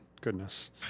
Goodness